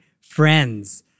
friends